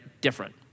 different